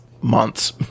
months